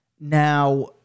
Now